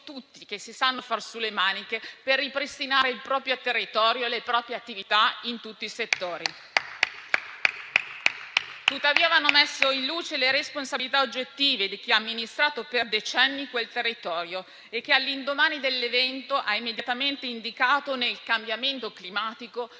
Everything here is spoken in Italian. tutti che si sanno far su le maniche per ripristinare il proprio territorio e le proprie attività in tutti i settori. Vanno però messe in luce le responsabilità oggettive di chi ha amministrato per decenni quel territorio e che, all'indomani dell'evento, ha immediatamente indicato nel cambiamento climatico